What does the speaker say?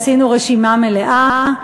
עשינו רשימה מלאה: